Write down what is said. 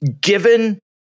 Given